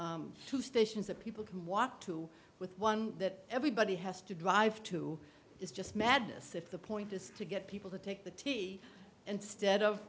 two stations that people can walk to with one that everybody has to drive to is just madness if the point is to get people to take the t v and stead of